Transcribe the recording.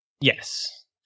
Yes